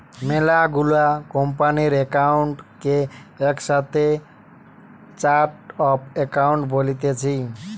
মেলা গুলা কোম্পানির একাউন্ট কে একসাথে চার্ট অফ একাউন্ট বলতিছে